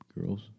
girls